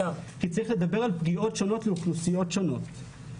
כי צריך לדבר על פגיעות שונות לאוכלוסיות שונות.